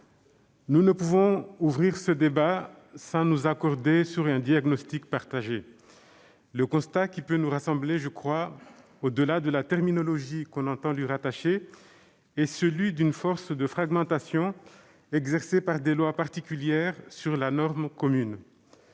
nous ne pouvons ouvrir ce débat sans nous accorder sur un diagnostic partagé. Le constat qui, je crois, peut nous rassembler, au-delà de la terminologie qu'on entend lui rattacher, est celui d'une force de fragmentation exercée par des lois particulières sur la norme commune.